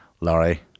Larry